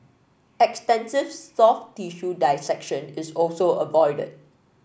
extensive soft tissue dissection is also avoided